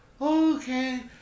okay